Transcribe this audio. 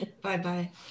Bye-bye